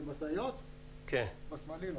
למשאיות בשמאלי לא.